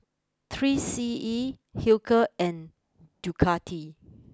three C E Hilker and Ducati